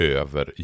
över